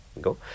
Go